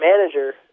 manager